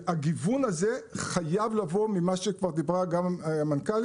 הגיוון הזה חייב לבוא, ממה שכבר דיברה המנכ"ל,